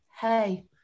hey